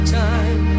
time